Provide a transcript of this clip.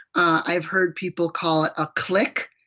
i have heard people call it a! click!